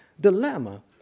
dilemma